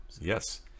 Yes